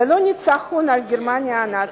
ללא ניצחון על גרמניה הנאצית,